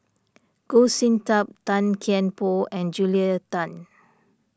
Goh Sin Tub Tan Kian Por and Julia Tan